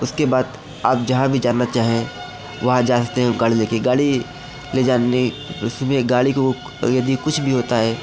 उसके बाद आप जहाँ भी जाना चाहें वहाँ जा सकते हैं गाड़ी लेकर गाड़ी ले जानने उसमे गाड़ी को यदि कुछ भी होता है